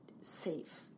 safe